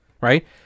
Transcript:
Right